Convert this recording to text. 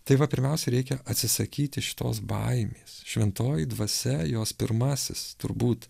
tai va pirmiausia reikia atsisakyti šitos baimės šventoji dvasia jos pirmasis turbūt